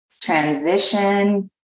transition